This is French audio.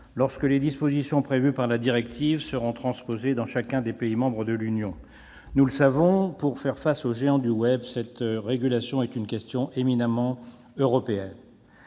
lorsque les dispositions prévues par la directive seront transposées dans chacun des pays membres de l'Union. Nous le savons, pour faire face aux géants du web, cette régulation est une question éminemment européenne.